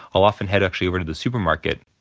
i'll often head actually over to the supermarket.